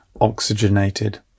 oxygenated